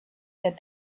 that